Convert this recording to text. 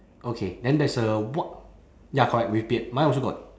okay then there's a wa~ ya correct with beard mine also got